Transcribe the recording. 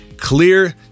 clear